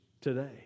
today